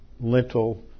lentil